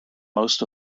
most